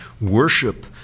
worship